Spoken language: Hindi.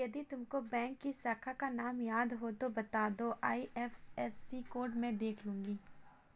यदि तुमको बैंक की शाखा का नाम याद है तो वो बता दो, आई.एफ.एस.सी कोड में देख लूंगी